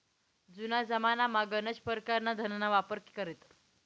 जुना जमानामा गनच परकारना धनना वापर करेत